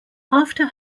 after